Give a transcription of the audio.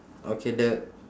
okay the